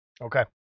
Okay